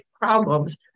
problems